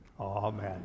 Amen